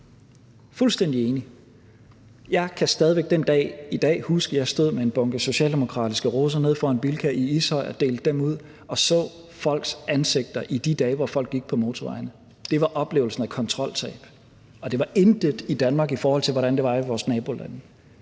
fuldstændig enig. Jeg kan stadig væk den dag i dag huske, at jeg stod med en bunke socialdemokratiske roser nede foran Bilka i Ishøj og delte dem ud og så de forbipasserendes ansigter i de dage, hvor folk gik på motorvejene. Det var oplevelsen af kontroltab, jeg så, og det i Danmark var intet imod, hvordan det var i vores nabolande.